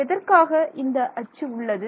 எதற்காக இந்த அச்சு உள்ளது